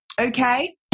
okay